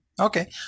Okay